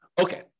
Okay